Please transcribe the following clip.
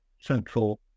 central